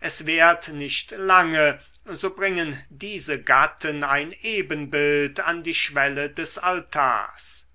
es währt nicht lange so bringen diese gatten ein ebenbild an die schwelle des altars